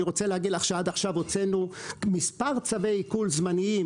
אני רוצה להגיד לך שעד עכשיו הוצאנו מספר צווי עיקול זמניים